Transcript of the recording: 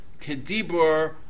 Kedibur